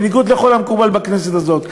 בניגוד לכל המקובל בכנסת הזאת.